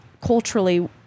culturally